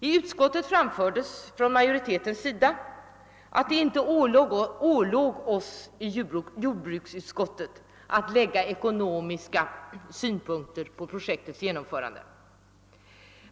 I utskottet framfördes från majoritetens sida att det inte ålåg oss i jordbruksutskottet att lägga ekonomiska synpunkter på projektets genomförande.